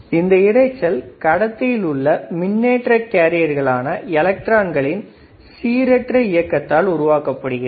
இந்த இரைச்சல் கடத்தியில் உள்ள மின்னேற்ற கேரியர்களான எலக்ட்ரான்களின் சீரற்ற இயக்கத்தால் உருவாக்கப்படுகிறது